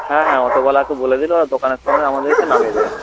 হ্যাঁ হ্যাঁ অটোওয়ালাকে বলে দিলে ওরা দোকানের সামনে আমাদের নামিয়ে দেবেন